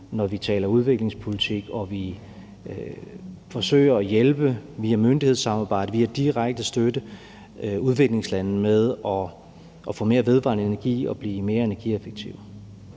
når vi taler udviklingspolitik og vi forsøger at hjælpe via myndighedssamarbejde, via direkte at støtte udviklingslandene med at få mere vedvarende energi og blive mere energieffektive.